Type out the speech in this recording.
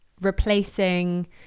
replacing